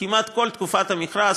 כמעט כל תקופת המכרז,